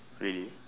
really